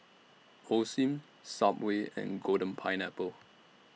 Osim Subway and Golden Pineapple